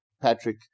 Patrick